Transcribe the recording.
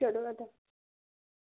چلو اَدٕ حظ